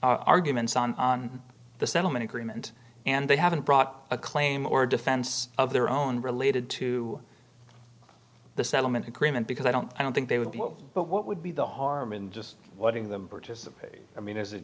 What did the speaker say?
arguments on the settlement agreement and they haven't brought a claim or defense of their own related to the settlement agreement because i don't i don't think they would be but what would be the harm in just what ing them birches i mean is it